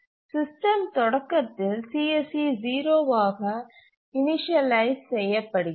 system தொடக்கத்தில் CSC 0 ஆக initialise செய்யப்படுகிறது